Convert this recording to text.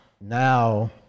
now